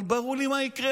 אבל ברור לי מה יקרה.